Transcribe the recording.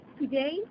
today